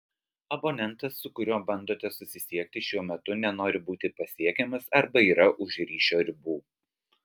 abonentas su kuriuo bandote susisiekti šiuo metu nenori būti pasiekiamas arba yra už ryšio ribų